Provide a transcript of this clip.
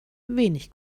wenig